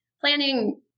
Planning